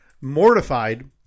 mortified